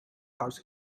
hurts